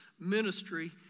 ministry